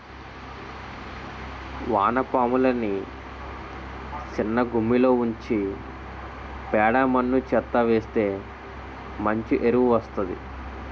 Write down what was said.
వానపాములని సిన్నగుమ్మిలో ఉంచి పేడ మన్ను చెత్తా వేస్తె మంచి ఎరువు వస్తాది